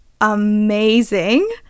amazing